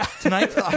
tonight